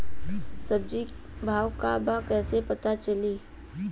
सब्जी के भाव का बा कैसे पता चली?